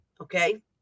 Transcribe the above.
okay